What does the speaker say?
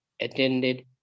Attended